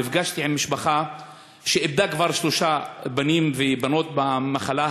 נפגשתי עם משפחה שאיבדה כבר שלושה בנים ובנות במחלה,